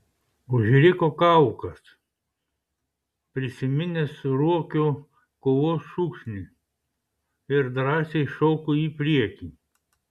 užriko kaukas prisiminęs ruokio kovos šūksnį ir drąsiai šoko į priekį